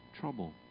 trouble